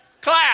Clap